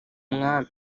abami